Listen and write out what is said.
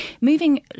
Moving